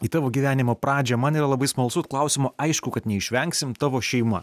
į tavo gyvenimo pradžią man yra labai smalsu klausimo aišku kad neišvengsim tavo šeima